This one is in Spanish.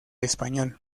español